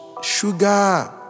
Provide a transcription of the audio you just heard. sugar